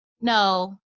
No